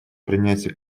принятие